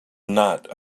not